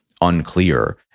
unclear